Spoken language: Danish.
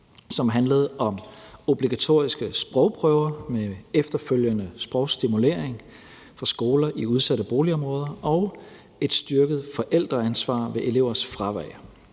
som handlede om obligatoriske sprogprøver med efterfølgende sprogstimulering for skoler i udsatte boligområder og et styrket forældreansvar ved elevers fravær.